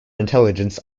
intelligence